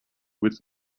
with